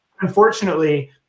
Unfortunately